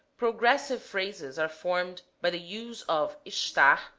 progressive phrases are formed by the use of estar,